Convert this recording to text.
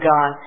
God